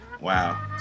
wow